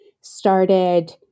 started